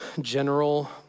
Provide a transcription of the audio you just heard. general